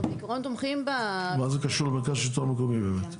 אנחנו בעיקרון תומכים --- מה זה קשור למרכז שלטון מקומי באמת?